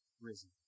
risen